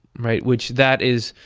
right? which. that is.